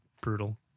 Brutal